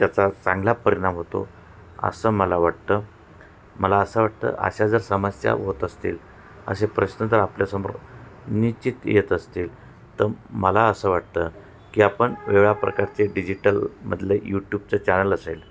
त्याचा चांगला परिणाम होतो असं मला वाटतं मला असं वाटतं अशा जर समस्या होत असतील असे प्रश्न जर आपल्या समोर निश्चित येत असतील तर मला असं वाटतं की आपण वेगळ्या प्रकारचे डिजिटलमधले यूट्यूबचं चॅनल असेल